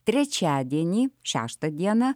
trečiadienį šeštą dieną